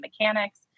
mechanics